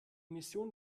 mission